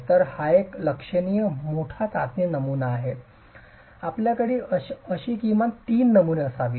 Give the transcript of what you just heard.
तर हा एक लक्षणीय मोठा चाचणी नमुना आहे आपल्याकडे अशी किमान तीन नमुने असावीत